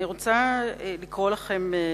אני רוצה לקרוא באוזניכם,